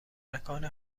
مکان